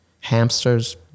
hamsters